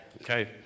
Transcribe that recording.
Okay